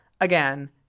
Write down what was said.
again